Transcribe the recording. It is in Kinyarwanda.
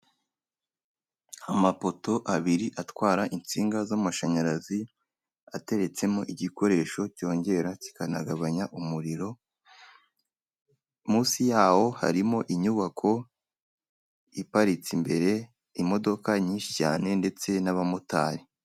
amapoto abiri atwara insinga z'amashanyarazi ateretsemo igikoresho cyongera kikanagabanya umuriro munsi yawo harimo inyubako iparitse imbere imodoka nyinshi cyane ndetse n'abamotari